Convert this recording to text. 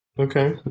Okay